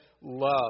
love